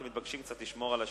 אתם מתבקשים לשמור קצת על השקט.